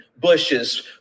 bushes